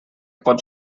pot